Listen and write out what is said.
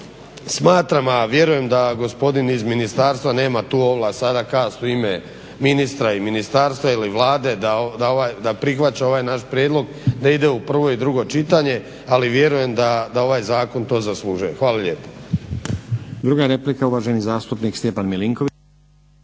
smatram a vjerujem da gospodin iz ministarstva nema tu ovlast sada kazati u ime ministra, ministarstva ili Vlade da prihvaća ovaj naš prijedlog da ide u prvo i drugo čitanje ali vjerujem da ovaj zakon to zaslužuje. Hvala lijepo.